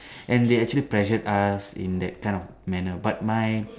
and they actually pressured us in that kind of manner but my